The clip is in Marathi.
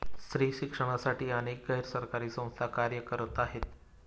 स्त्री शिक्षणासाठी अनेक गैर सरकारी संस्था कार्य करत आहेत